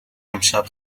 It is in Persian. امشب